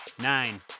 Nine